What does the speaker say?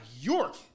York